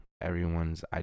everyone's